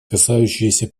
касающиеся